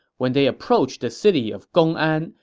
when they approached the city of gongan,